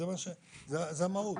זאת המהות.